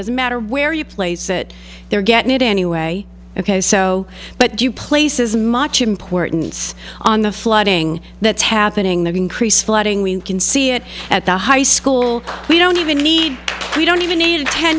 doesn't matter where you place it they're getting it anyway ok so but do you place as much importance on the flooding that's happening there increase flooding we can see it at the high school we don't even need we don't even need a ten